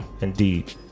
Indeed